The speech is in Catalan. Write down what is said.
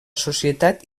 societat